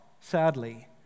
sadly